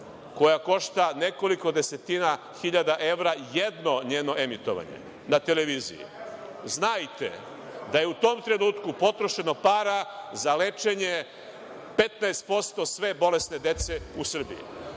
koja košta nekoliko desetina hiljada evra jedno njeno emitovanje ne televiziji, znajte da je u tom trenutnu potrošeno para za lečenje 15% sve bolesne dece u Srbiji